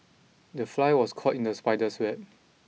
the fly was caught in the spider's web